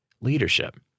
leadership